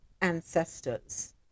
ancestors